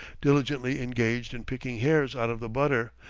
diligently engaged in picking hairs out of the butter,